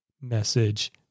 message